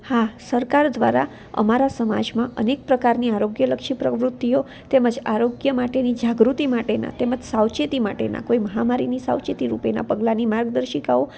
હા સરકાર દ્વારા અમારા સમાજમાં અનેક પ્રકારની આરોગ્યલક્ષી પ્રવૃતિઓ તેમ જ આરોગ્ય માટેની જાગૃતિ માટેના તેમ જ સાવચેતી માટેના કોઈ મહામારીની સાવચેતીરૂપેના પગલાંની માર્ગદર્શિકાઓ